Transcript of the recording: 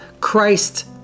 Christ